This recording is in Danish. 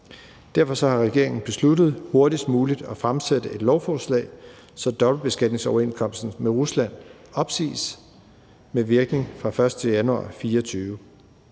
Derfor har regeringen besluttet hurtigst muligt at fremsætte et lovforslag, der gør, at dobbeltbeskatningsoverenskomsten med Rusland opsiges med virkning fra den 1. januar 2024.